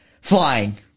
flying